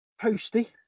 Posty